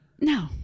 No